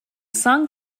song